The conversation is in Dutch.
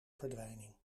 verdwijning